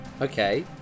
Okay